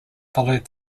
followed